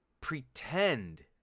pretend